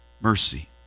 mercy